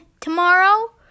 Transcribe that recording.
tomorrow